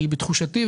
בתחושתי,